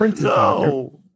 No